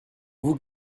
vous